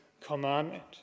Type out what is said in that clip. commandment